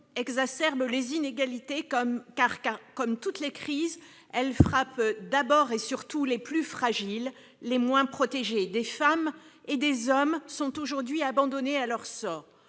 exacerbe les inégalités ; comme toutes les crises, en effet, elle frappe d'abord et surtout les plus fragiles, les moins protégés. Des femmes et des hommes sont aujourd'hui abandonnés à leur sort.